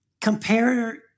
compare